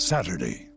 Saturday